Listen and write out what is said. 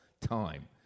time